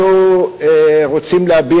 אני באמת לא רוצה להמשיך